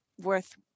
worth